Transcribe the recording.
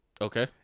Okay